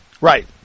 Right